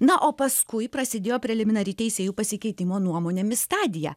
na o paskui prasidėjo preliminari teisėjų pasikeitimo nuomonėmis stadija